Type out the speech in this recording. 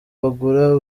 bagura